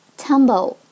tumble